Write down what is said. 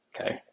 okay